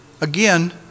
Again